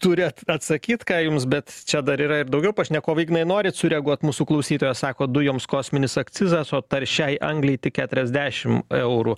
turi atsakyt ką jums bet čia dar yra ir daugiau pašnekovų ignai norit sureaguot mūsų klausytojas sako dujoms kosminis akcizas o taršiai angliai tik keturiasdešim eurų